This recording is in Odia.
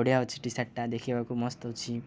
ବଢ଼ିଆ ଅଛି ଟି ସାର୍ଟଟା ଦେଖିବାକୁ ମସ୍ତ ଅଛି